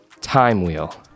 TIMEWHEEL